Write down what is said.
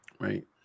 right